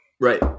right